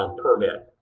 um permit.